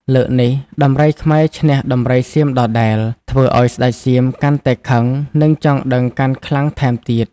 លើកនេះដំរីខ្មែរឈ្នះដំរីសៀមដដែល ធ្វើឲ្យស្ដេចសៀមកាន់តែខឹងនិងចង់ដឹងកាន់ខ្លាំងថែមទៀត។